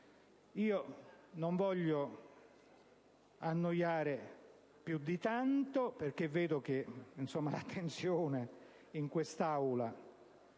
Non voglio annoiare più di tanto, perché vedo poca attenzione in quest'Aula